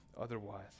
otherwise